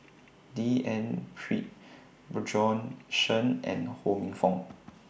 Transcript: D N Pritt Bjorn Shen and Ho Minfong